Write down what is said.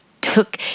took